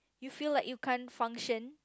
you feel like you can't function